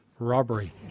Robbery